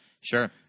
Sure